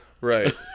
Right